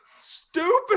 stupid